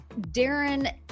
Darren